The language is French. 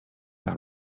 par